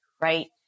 right